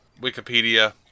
Wikipedia